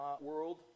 world